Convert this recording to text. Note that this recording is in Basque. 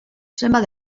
zenbat